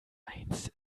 einst